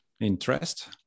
interest